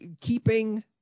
Keeping